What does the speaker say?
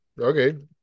Okay